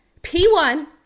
P1